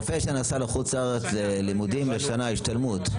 רופא שנסע לחוץ לארץ ללימודים לשנה, להשתלמות?